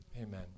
Amen